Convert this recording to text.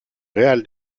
real